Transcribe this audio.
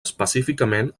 específicament